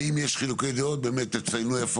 ואם יש חילוקי דעות באמת תציינו איפה